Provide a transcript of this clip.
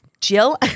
Jill